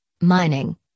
mining